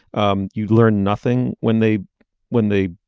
um you'd learn nothing when they when they